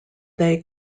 they